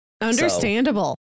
Understandable